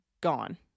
gone